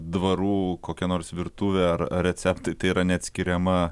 dvarų kokia nors virtuvė ar receptai tai yra neatskiriama